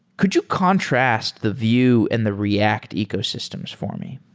could you contrast the vue and the react ecosystems for me?